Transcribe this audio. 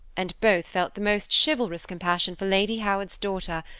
and both felt the most chivalrous compassion for lady howard's daughter,